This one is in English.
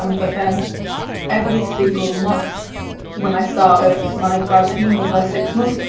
um but then every single month when i started my grad scheme, the first six months,